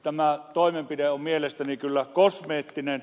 tämä toimenpide on mielestäni kyllä kosmeettinen